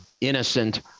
innocent